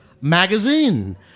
magazine